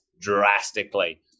drastically